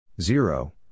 zero